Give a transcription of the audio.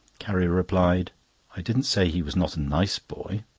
carrie replied i didn't say he was not a nice boy.